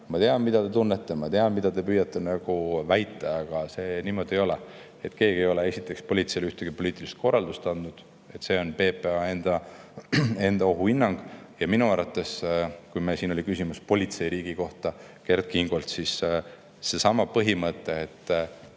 Ma tean, mida te tunnete, ma tean, mida te püüate väita, aga see niimoodi ei ole. Keegi ei ole, esiteks, politseile ühtegi poliitilist korraldust andnud. See oli PPA enda ohuhinnang. Meil oli siin küsimus politseiriigi kohta Kert Kingolt. Seesama põhimõte, et